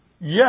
Yes